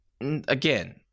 again